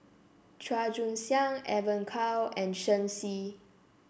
Chua Joon Siang Evon Kow and Shen Xi